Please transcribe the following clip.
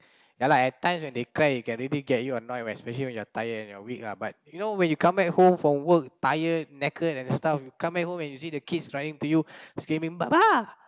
ya lah at times when they cried you can really get you annoy when especially you're tired and you're weak ah but you know when you come back home from work tired knackered and stuff you come back home and you see the kids crying to you screaming baba